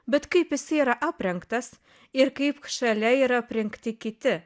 bet kaip jisai yra aprengtas ir kaip šalia yra aprengti kiti